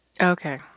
Okay